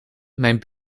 mijn